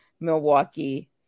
Milwaukee